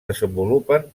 desenvolupen